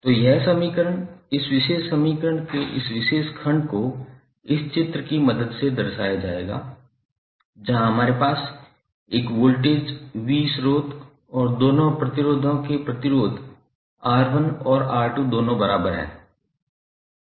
तो यह समीकरण इस विशेष समीकरण के इस विशेष खंड को इस चित्र की मदद से दर्शाया जाएगा जहां हमारे पास एक v वोल्टेज स्रोत और दोनों प्रतिरोधों के प्रतिरोध R1 और R2 दोनों बराबर हैं